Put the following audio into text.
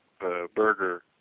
burger